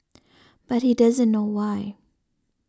but he doesn't know why